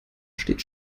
steht